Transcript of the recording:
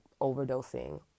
overdosing